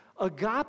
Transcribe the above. Agape